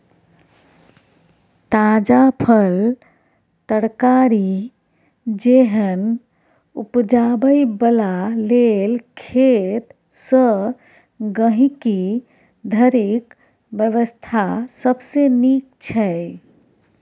ताजा फल, तरकारी जेहन उपजाबै बला लेल खेत सँ गहिंकी धरिक व्यवस्था सबसे नीक छै